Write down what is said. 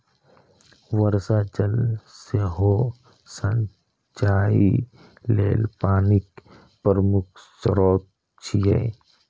वर्षा जल सेहो सिंचाइ लेल पानिक प्रमुख स्रोत छियै